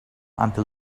until